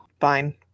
Fine